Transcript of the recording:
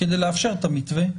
כדי לאפשר את המתווה.